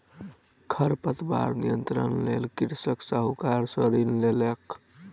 खरपतवार नियंत्रणक लेल कृषक साहूकार सॅ ऋण लेलक